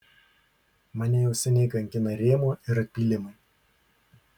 mane jau seniai kankina rėmuo ir atpylimai